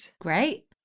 great